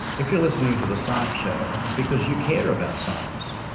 if you're listening to the science show, it's because you care about science,